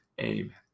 Amen